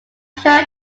sure